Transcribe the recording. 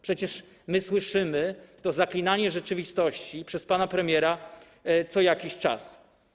Przecież my słyszymy to zaklinanie rzeczywistości przez pana premiera co jakiś czas.